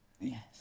Yes